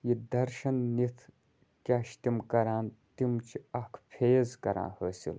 یہِ دَرشَن نِتھ کیٛاہ چھِ تِم کَران تِم چھِ اَکھ فیض کَران حٲصِل